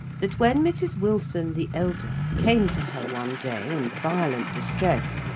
that when mrs. wilson, the elder, came to her one day in violent distress,